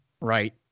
right